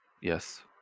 Yes